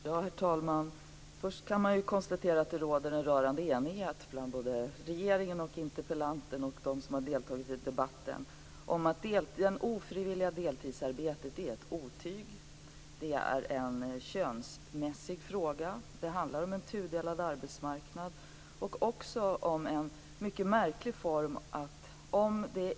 Herr talman! Först kan konstateras att det råder en rörande enighet mellan regeringen, interpellanten och dem som deltagit i debatten i övrigt om att det ofrivilliga deltidsarbetet är ett otyg. Det är en könsmässig fråga. Det handlar om en mycket märklig form av tudelning av arbetsmarknaden.